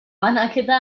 banaketa